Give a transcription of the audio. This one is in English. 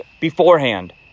beforehand